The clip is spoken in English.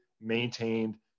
maintained